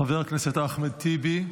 חבר הכנסת אחמד טיבי,